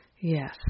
Yes